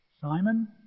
Simon